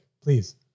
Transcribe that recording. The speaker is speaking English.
please